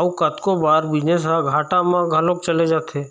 अउ कतको बार बिजनेस ह घाटा म घलोक चले जाथे